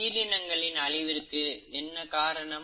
உயிரினங்களின் அழிவிற்கு என்ன காரணம்